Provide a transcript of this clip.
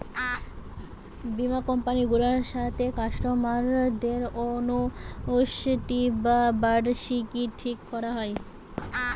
বীমা কোম্পানি গুলার সাথে কাস্টমারদের অ্যানুইটি বা বার্ষিকী ঠিক কোরা হয়